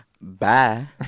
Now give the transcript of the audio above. Bye